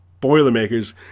Boilermakers